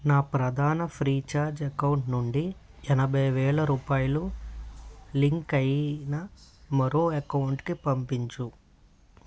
నా ప్రధాన Freecharge account నుండి ఎనభై వేల రూపాయలు లింకు అయిన మరో అకౌంటుకి పంపించు